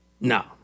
No